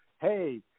hey –